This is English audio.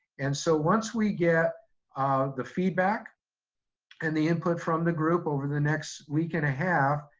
and so once we get um the feedback and the input from the group over the next week and a half,